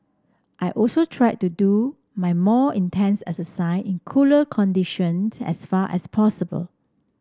I also try to do my more intense exercise in cooler conditions as far as possible